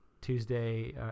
Tuesday